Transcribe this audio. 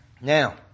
Now